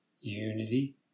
unity